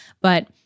but-